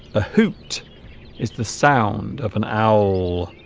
a hoot is the sound of an owl